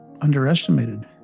underestimated